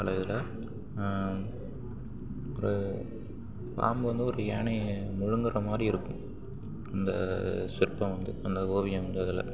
பல இதில் ஒரு பாம்பு வந்து ஒரு யானையை விழுங்கற மாதிரி இருக்கும் அந்த சிற்பம் வந்து அந்த ஓவியம் வந்து அதில்